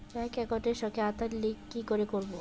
Bank একাউন্টের সঙ্গে Aadhaar link কি করে করবো?